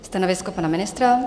Stanovisko pana ministra?